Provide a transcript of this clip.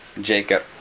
Jacob